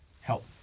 help